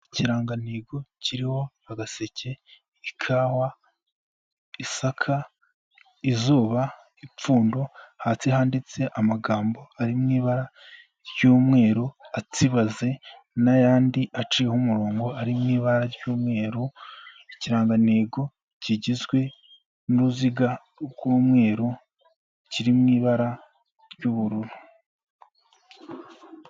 Ikirangantego kiriho agaseke ikawa isaka izuba ipfundo hasi handitse amagambo ari mw'ibara ry'umweru atsibaze n'ayandi aciyeho umurongo ari mw'ibara ry'umweru ikirangantego kigizwe n'uruziga rw'umweru kiri mw'ibara ry'ubururu.